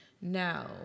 Now